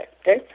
okay